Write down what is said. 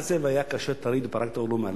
והיה כאשר תריד ופרקת עולו מעליך?